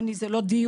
עוני זה דיור,